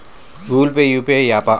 Google Pay UPI య్యాపా?